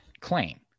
claim